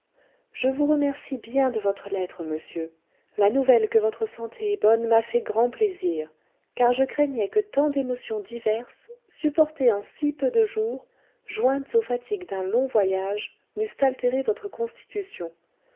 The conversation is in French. je vous remercie bien de votre lettre monsieur la nouvelle que votre santé est bonne m'a fait grand plaisir car je craignais que tant d'émotions diverses supportées en si peu de jours jointes aux fatigues d'un long voyage n'eussent altéré votre constitution